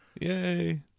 yay